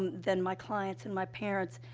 than my clients' and my parents'.